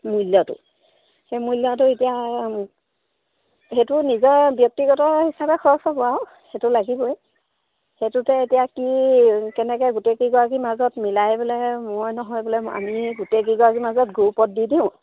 মূল্যটো সেই মূল্যটো এতিয়া সেইটো নিজৰ ব্যক্তিগত হিচাপে খৰচ হ'ব আৰু সেইটো লাগিবই সেইটোতে এতিয়া কি কেনেকৈ গোটেই কেইগৰাকীৰ মাজত মিলাই বোলে মই নহয় বোলে আমি গোটেই কেইগৰাকীৰ মাজত গ্ৰুপত দি দিওঁ